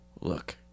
look